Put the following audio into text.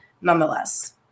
nonetheless